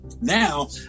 now